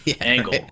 angle